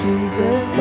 Jesus